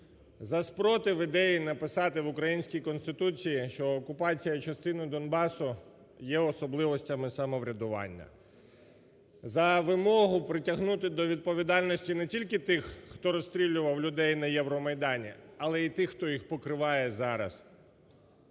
за супротив ідеї написати в українській Конституції, що окупація частини Донбасу є особливостями самоврядування, за вимогу притягнути до відповідальності не тільки тих, хто розстрілював людей на Євромайдані, але й тих, хто їх покриває зараз,